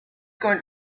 going